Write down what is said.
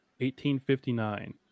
1859